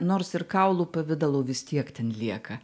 nors ir kaulų pavidalu vis tiek ten lieka